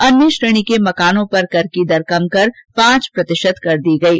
अन्य श्रेणी के मकानों पर कर की दर कम कर पांच प्रतिशत कर दी गयी